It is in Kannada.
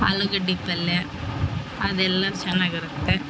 ಆಲುಗಡ್ಡಿ ಪಲ್ಯ ಅದೆಲ್ಲ ಚೆನ್ನಾಗಿರುತ್ತೆ